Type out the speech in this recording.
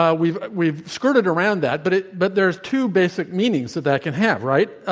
um we've we've skirted around that, but it but there's two basic meanings that that can have, right?